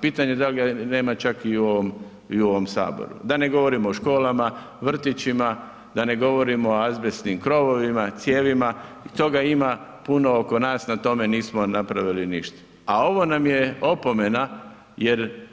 Pitanje da ga nema čak i u ovom saboru, da ne govorim o školama, vrtićima, da ne govorim o azbestnim krovovima, cijevima, toga ima puno oko nas na tome nismo napravili ništa, a ovo nam je opomena jer